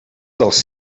dels